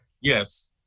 Yes